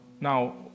Now